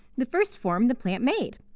the first form the plant made.